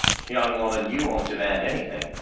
young woman, you don't demand anything.